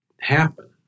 happen